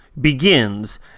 begins